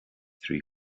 trí